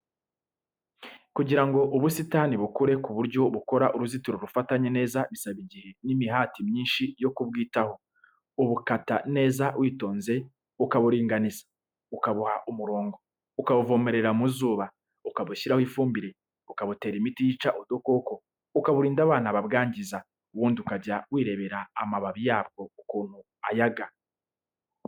Kugira ngo ubusitani bukure ku buryo bukora uruzitiro rufatanye neza, bisaba igihe n'imihati myinshi yo kubwitaho, ubukata neza witonze ukaburinganiza, ukabuha umurongo, ukabuvomerera mu zuba, ukabushyiraho ifumbire, ukabutera imiti yica udukoko, ukaburinda abana babwangiza, ubundi ukajya wirebera amababi yabwo ukuntu ayaga.